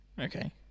Okay